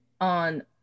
on